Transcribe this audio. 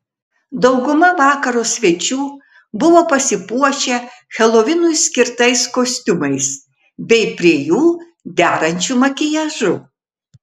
dauguma vakaro svečių buvo pasipuošę helovinui skirtais kostiumais bei prie jų derančiu makiažu